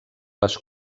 les